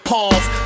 Pause